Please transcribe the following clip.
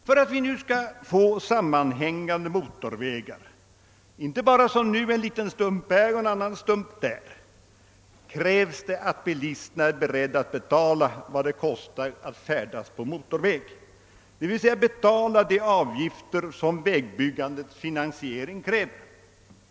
För att vi nu skall få sammanhängande motorvägar — inte bara som nu en liten stump här och en annan stump där — fordras det att bilisterna är beredda att betala vad det kostar att färdas på motorväg, d.v.s. betala de avgifter som vägbyggandets finansiering kräver.